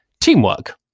teamwork